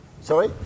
Sorry